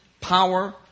power